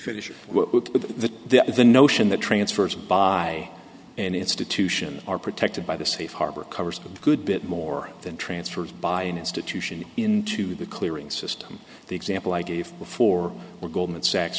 finish with the the notion that transfers by an institution are protected by the safe harbor covers a good bit more than transfers by an institution into the clearing system the example i gave before were goldman sachs